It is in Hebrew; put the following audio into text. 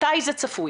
ומתי זה צפוי.